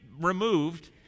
removed